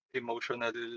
emotional